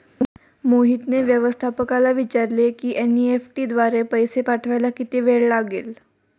मोहितने व्यवस्थापकाला विचारले की एन.ई.एफ.टी द्वारे पैसे पाठवायला किती वेळ लागेल